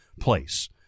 place